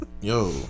Yo